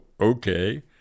okay